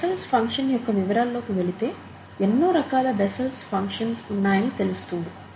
Bessel's function Bessel's function యొక్క వివరాల్లోకి వెళితే ఎన్నో రకాల బెస్సెల్స్ ఫంక్షన్స్ Bessel's functions ఉన్నాయని తెలుస్తుంది